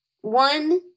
One